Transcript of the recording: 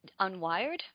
unwired